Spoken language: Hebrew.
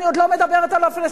אני עוד לא מדברת על הפלסטינים,